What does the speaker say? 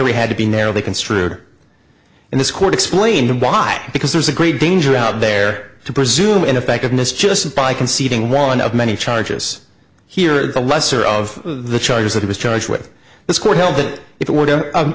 we had to be narrow they construe or in this court explained why because there's a great danger out there to presume ineffectiveness just by conceding one of many charges here the lesser of the charges that it was charged with this court held that if it were to